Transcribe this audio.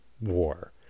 war